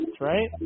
right